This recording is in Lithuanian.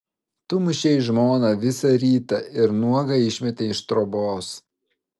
tu mušei žmoną visą rytą ir nuogą išmetei iš trobos